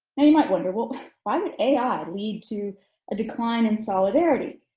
and you might wonder well i'm an ai lead to a decline in solidarity?